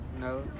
no